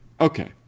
Okay